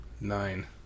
Nine